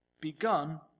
begun